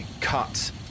cut